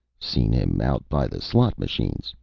seen him out by the slot-machines.